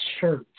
church